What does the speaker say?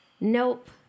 Nope